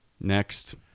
Next